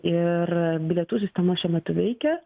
ir bilietų sistema šiuo metu veikia